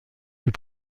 fut